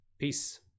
Peace